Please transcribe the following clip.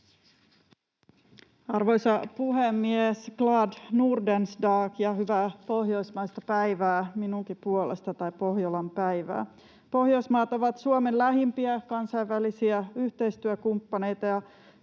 Arvoisa puhemies! Glad Nordens dag, hyvää Pohjolan päivää minunkin puolestani! Pohjoismaat ovat Suomen lähimpiä kansainvälisiä yhteistyökumppaneita,